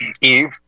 Eve